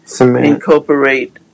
incorporate